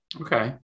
Okay